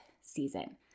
season